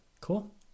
Cool